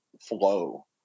flow